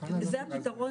זה הפיתרון